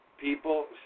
people